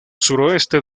suroeste